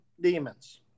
demons